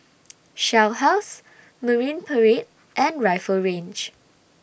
Shell House Marine Parade and Rifle Range